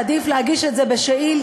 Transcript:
עדיף להגיש את זה בשאילתה,